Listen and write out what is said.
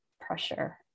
pressure